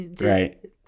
Right